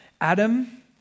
Adam